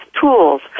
tools